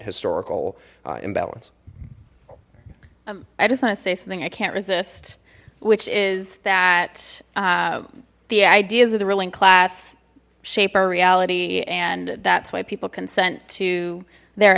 historical imbalance i just want to say something i can't resist which is that the ideas of the ruling class shape our reality and that's why people consent to their